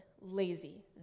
lazy